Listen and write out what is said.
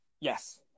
Yes